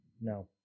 No